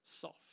soft